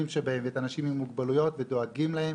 ואת האנשים עם מוגבלויות ודואגים להם